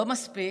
לא מספיק?